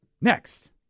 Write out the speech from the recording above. Next